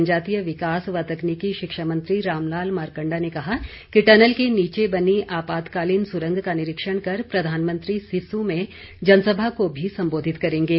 जनजातीय विकास व तकनीकी शिक्षा मंत्री रामलाल मारकंडा ने कहा कि टनल के नीचे बनी आपातकालीन सुरंग का निरीक्षण कर प्रधानमंत्री सिस्सू में जनसभा को भी संबोधित करेंगे